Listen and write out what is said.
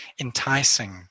enticing